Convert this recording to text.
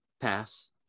pass